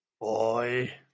Boy